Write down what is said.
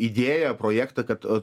idėją projektą kad a